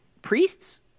Priests